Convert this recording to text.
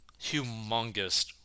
humongous